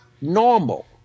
normal